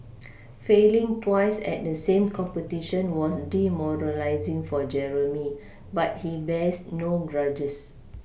failing twice at the same competition was demoralising for Jeremy but he bears no grudges